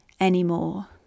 anymore